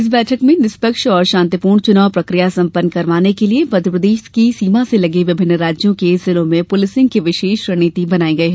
इस बैठक में निष्पक्ष और शांतिपूर्ण चुनाव प्रक्रिया संपन्न करवाने के लिये मध्यप्रदेश की सीमा से लगे विभिन्न राज्यों के जिलों में पुलिसिंग की विशेष रणनीति बनायी गयी